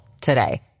today